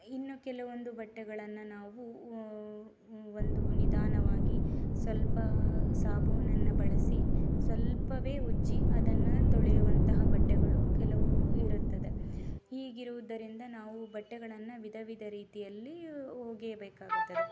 ಇನ್ನು ಕೆಲವೊಂದು ಬಟ್ಟೆಗಳನ್ನು ನಾವು ಒಂದು ನಿಧಾನವಾಗಿ ಸ್ವಲ್ಪ ಸಾಬೂನನ್ನು ಬಳಸಿ ಸ್ವಲ್ಪವೇ ಉಜ್ಜಿ ಅದನ್ನು ತೊಳೆಯುವಂತಹ ಬಟ್ಟೆಗಳು ಕೆಲವು ಇರುತ್ತದೆ ಹೀಗಿರುವುದರಿಂದ ನಾವು ಬಟ್ಟೆಗಳನ್ನು ವಿಧವಿಧ ರೀತಿಯಲ್ಲಿ ಒಗೆಯಬೇಕಾಗುತ್ತದೆ